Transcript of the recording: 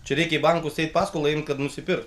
čia reikia į bankus eit paskolą imt kad nusipirkt